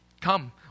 come